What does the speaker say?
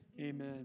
Amen